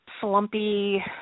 slumpy